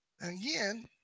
Again